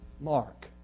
Mark